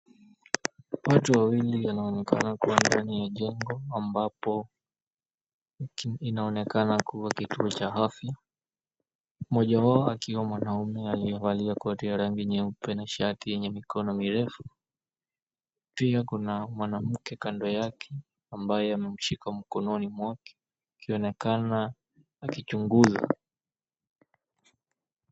Watu wawili wanaonekana kuwa ndani ya njengo ambapo inaonekana kuwa kituo cha afya. Mmoja wao akiwa mwanaume aliyevalia koti ya rangi nyeupe na shati yenye mikono mirefu. Pia kuna mwnamke kando yake ambaye amemshika mkononi mwake akionekana akichunguza.